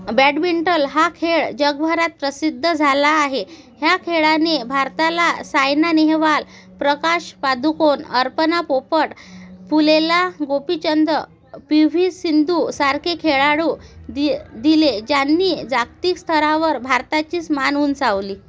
badminton हा खेळ जगभरात प्रसिद्ध झाला आहे ह्या खेळाने भारताला सायना नेहवाल प्रकाश पादुकोन अर्पना पोपट पुलेला गोपीचंद पी व्ही सिंधूसारखे खेळाडू दि दिले ज्यांनी जागतिक स्तरावर भारताचीच मान उंचावली